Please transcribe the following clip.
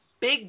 big